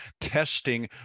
testing